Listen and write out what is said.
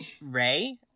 Ray